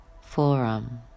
forearm